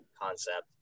concept